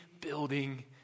building